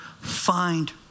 find